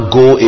go